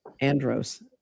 Andros